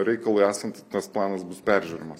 reikalui esant tas planas bus peržiūrimas